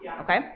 okay